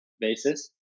basis